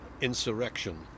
Insurrection